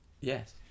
Yes